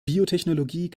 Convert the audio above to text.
biotechnologie